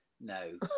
no